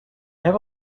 have